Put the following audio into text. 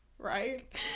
right